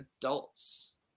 adults